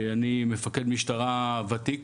אני מפקד משטרה ותיק